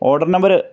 order number